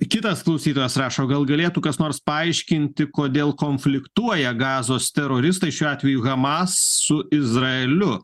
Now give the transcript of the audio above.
kitas klausytojas rašo gal galėtų kas nors paaiškinti kodėl konfliktuoja gazos teroristai šiuo atveju hamas su izraeliu